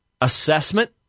assessment